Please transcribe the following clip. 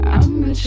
I'ma